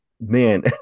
man